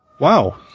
Wow